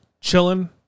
chilling